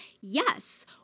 yes